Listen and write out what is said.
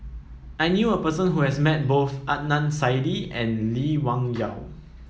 I knew a person who has met both Adnan Saidi and Lee Wung Yew